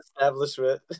Establishment